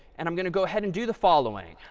and i'm going to go ahead and do the following.